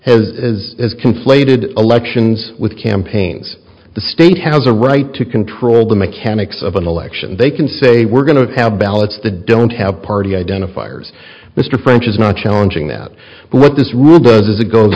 rules has as conflated elections with campaigns the state has a right to control the mechanics of an election they can say we're going to have ballots the don't have party identifiers mr french is not challenging that but what this rule does is it goes